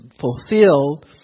fulfilled